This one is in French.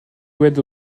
wade